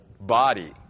body